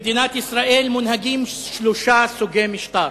במדינת ישראל מונהגים שלושה סוגי משטר.